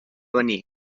venir